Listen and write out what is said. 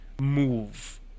move